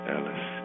Ellis